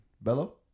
Bello